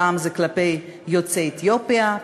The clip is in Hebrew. פעם זה כלפי יוצאי אתיופיה,